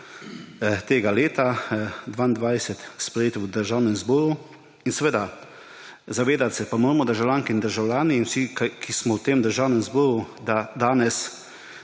tega leta, 2022, sprejet v Državnem zboru, dosežek. Zavedati se pa moramo državljanke in državljani in vsi, ki smo v tem državnem zboru, da danes